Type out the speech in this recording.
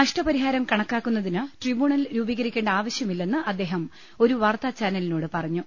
നഷ്ടപരിഹാരം കണക്കാക്കുന്നതിന് ട്രൈബ്യൂണൽ രൂപീകരിക്കേണ്ട ആവശ്യമില്ലെന്ന് അദ്ദേഹം ഒരു വാർത്താ ചാനലിനോട് പറഞ്ഞു